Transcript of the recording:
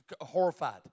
horrified